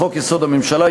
לחוק-יסוד: הממשלה,